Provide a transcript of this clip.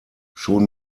schon